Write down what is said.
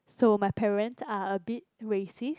so my parents are a bit racist